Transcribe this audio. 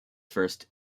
first